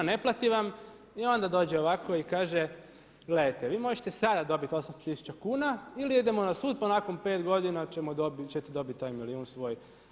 Ne plati vam i onda dođe ovako i kaže gledajte vi možete sada dobiti 800 000 kuna ili idemo na sud pa nakon 5 godina ćete dobiti taj milijun svoj.